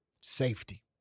Safety